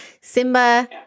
Simba